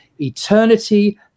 eternity